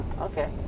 Okay